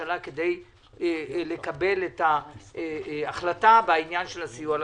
ממשלה כדי לקבל החלטה בעניין הסיוע למשפחות.